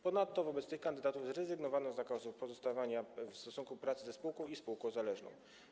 Ponadto wobec tych kandydatów zrezygnowano z zakazu pozostawania w stosunku pracy ze spółką i spółką zależną.